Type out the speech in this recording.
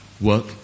Work